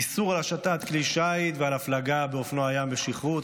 איסור על השטת כלי שיט ועל הפלגה באופנוע ים בשכרות,